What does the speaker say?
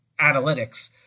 analytics